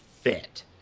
fit